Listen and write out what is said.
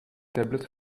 tablet